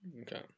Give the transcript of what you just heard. okay